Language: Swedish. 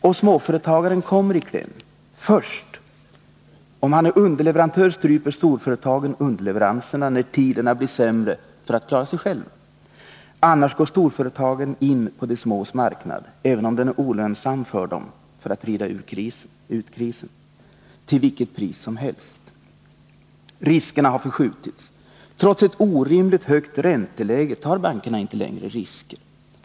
Och småföretagaren kommer i kläm — först. Om han är underleverantör stryper storföretagen underleveranserna när tiderna blir sämre för att klara sig själva. Annars går storföretagen in på de smås marknad, även om den är olönsam för dem, för att rida ut krisen till vilket pris som helst. Riskerna har förskjutits. Trots ett orimligt högt ränteläge tar bankerna inte längre risker.